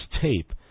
tape